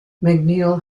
macneil